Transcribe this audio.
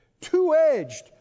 two-edged